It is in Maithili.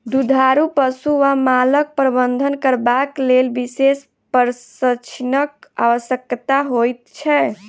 दुधारू पशु वा मालक प्रबंधन करबाक लेल विशेष प्रशिक्षणक आवश्यकता होइत छै